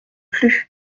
plus